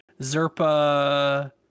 Zerpa